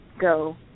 go